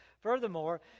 furthermore